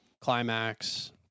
Climax